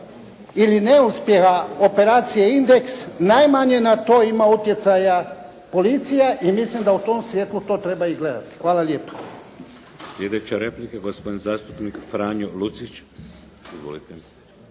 ili neuspjeha operacije „Indeks“ najmanje na to ima utjecaja policija i mislim da u tom svjetlu na to treba i gledati. Hvala lijepa.